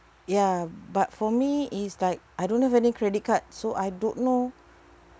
ya but for me it is like I don't have any credit card so I don't know